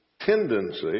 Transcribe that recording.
tendency